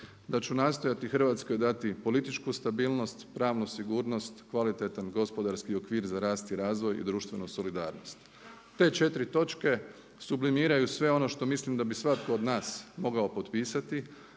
da ću nastojati Hrvatskoj dati političku stabilnost, pravnu sigurnost, kvalitetan gospodarski okvir za rast i razvoj i društvenu solidarnost. Te četiri točke sublimiraju sve ono što mislim da bi svatko od nas mogao potpisati